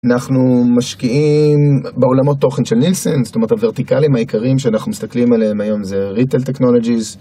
אנחנו משקיעים בעולמות תוכן של נילסן, זאת אומרת הוורטיקלים העיקרים שאנחנו מסתכלים עליהם היום זה ריטל טכנולוגיז.